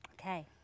Okay